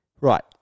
Right